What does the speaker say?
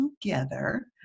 together